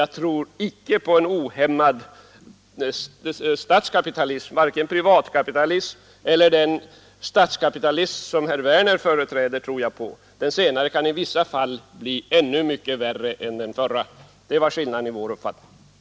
Jag tror inte vare sig på privatkapitalismen eller på den statskapitalism som herr Werner företräder; den senare kan i vissa fall bli mycket värre än den förra. Det är skillnaden mellan våra uppfattningar.